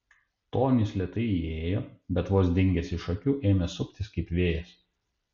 tonis lėtai įėjo bet vos dingęs iš akių ėmė suktis kaip vėjas